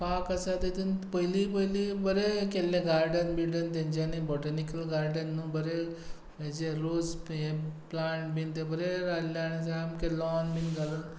park आसा तातूंत पयलीं पयलीं बरें केल्लें गार्डन बिडन तांच्यांनी बॉटेनिकल गार्डन बरे हाचे रोज प्लाँट बी लायिल्ले आनी बरे लॉन बी घालून